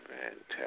Fantastic